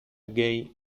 gay